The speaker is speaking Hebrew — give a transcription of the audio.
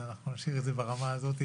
אז אנחנו נשאיר את זה ברמה הזאת.